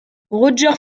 roger